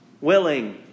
willing